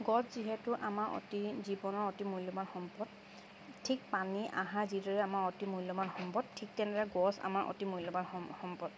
গছ যিহেতু আমাৰ অতি জীৱনৰ অতি মূল্যবান সম্পদ ঠিক পানী আহাৰ যিদৰে আমাৰ অতি মূল্যবান সম্পদ ঠিক তেনেদৰে গছ আমাৰ অতি মূল্যবান সম্পদ